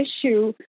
issue